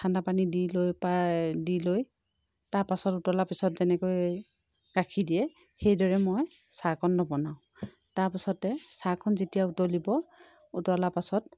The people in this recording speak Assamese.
ঠাণ্ডা পানী দি লৈ পাই দি লয় তাৰ পাছত উতলাৰ পাছত যেনেকৈ গাখীৰ দিয়ে সেইদৰে মই চাহকণ নবনাওঁ তাৰ পাছতে চাহকণ যেতিয়া উতলিব উতলাৰ পাছত